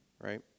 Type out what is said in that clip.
right